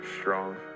strong